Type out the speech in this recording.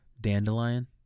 dandelion